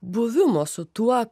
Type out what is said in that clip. buvimo su tuo